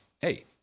Hey